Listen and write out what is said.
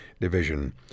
Division